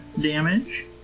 damage